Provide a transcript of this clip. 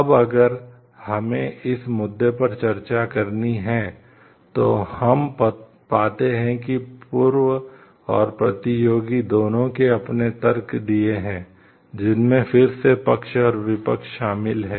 अब अगर हमें इस मुद्दे पर चर्चा करनी है तो हम पाते हैं कि पूर्व और प्रतियोगी दोनों ने अपने तर्क दिए हैं जिनमें फिर से पक्ष और विपक्ष शामिल हैं